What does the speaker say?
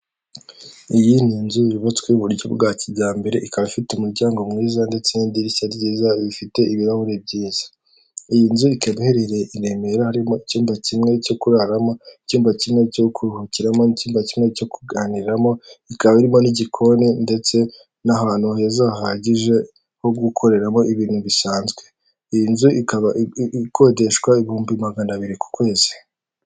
Iyi ni inzu yubatswe i buryo bwa kijyambere ikaba ifite umuryango mwiza ndetse n'idirishya ryiza bifite ibirahuri byiza iyi nzu ikabaherereye i remera harimo icyumba kimwe cyo kuraramo icyumba kinini cyo kuruhukiramo icyumba kimwe cyo kuganimo ikaba irimo n'igikoni ndetse n'ahantu heza hahagije ho gukoreramo ibintu bisanzwe iyi nzu ikaba ikodeshwa ibihumbi magana abiri ku kwezi.